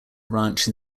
ranch